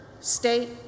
state